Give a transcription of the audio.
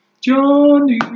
Johnny